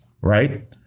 right